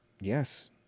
Yes